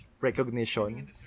recognition